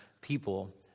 people